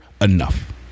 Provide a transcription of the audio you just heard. Enough